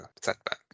setback